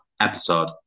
episode